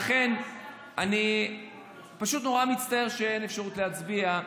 לכן אני פשוט נורא מצטער שאין אפשרות להצביע.